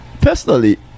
personally